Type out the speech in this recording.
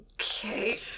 Okay